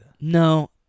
No